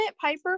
Piper